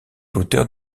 l’auteur